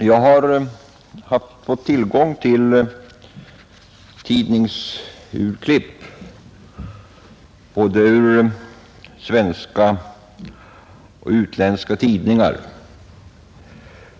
Herr talman! Jag har fått tillgång till tidningsurklipp ur både svenska och utländska tidningar.